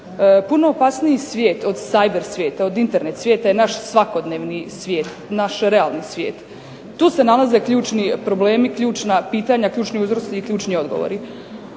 puno opasniji svijet od cyber svijeta, od Internet svijeta je naš svakodnevni svijet, naš realni svijet. Tu se nalaze ključni problemi, ključna pitanja, ključni uzroci i ključni odgovori.